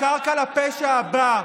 והקרקע לפשע הבא,